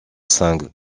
single